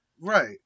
Right